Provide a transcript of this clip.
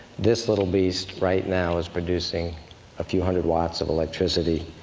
this little beast, right now, is producing a few hundred watts of electricity.